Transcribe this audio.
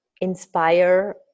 Inspire